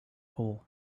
hole